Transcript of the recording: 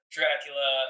Dracula